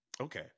Okay